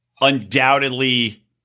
undoubtedly